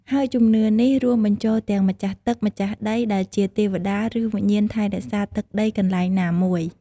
ហើយជំនឿនេះរួមបញ្ចូលទាំង ម្ចាស់ទឹក ម្ចាស់ដី ដែលជាទេវតា ឬ វិញ្ញាណថែរក្សាទឹកដីកន្លែងណាមួយ។